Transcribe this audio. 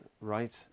right